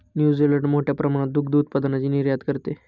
New Zealand मोठ्या प्रमाणात दुग्ध उत्पादनाची निर्यात करते